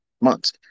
months